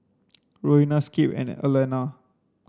Roena Skip and Allena